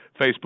Facebook